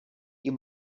you